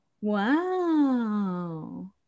Wow